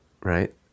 right